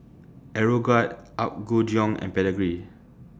Aeroguard Apgujeong and Pedigree